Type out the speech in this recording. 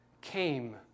came